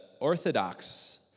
orthodox